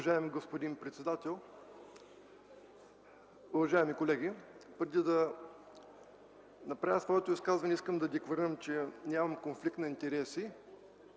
уважаеми колеги! Преди да направя своето изказване, искам да декларирам, че нямам конфликт на интереси.